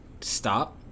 stop